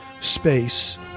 space